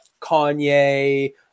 Kanye